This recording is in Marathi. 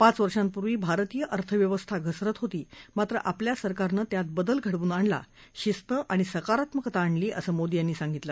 पाच वर्षापूर्वी भारतीय अर्थव्यवस्था घसरत होती मात्र आपल्या सरकारनं त्यात बदल घडवून आणला शिस्त आणि सकारात्मकता आणली असं मोदी यांनी सांगितलं